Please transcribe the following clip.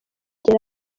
kuri